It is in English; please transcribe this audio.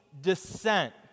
descent